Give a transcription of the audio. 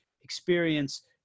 experience